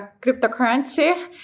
cryptocurrency